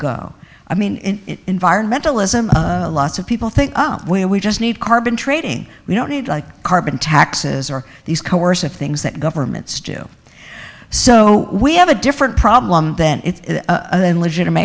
go i mean environmentalism lots of people think up where we just need carbon trading we don't need like carbon taxes are these coercive things that governments do so we have a different problem then it's then legitimat